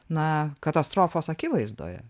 na katastrofos akivaizdoje